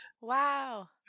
wow